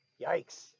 yikes